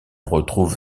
retrouve